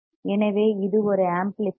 எனவே இது ஒரு ஆம்ப்ளிபையர்